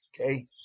Okay